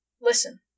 Listen